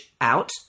out